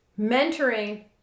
mentoring